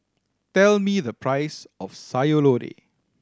tell me the price of Sayur Lodeh